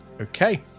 Okay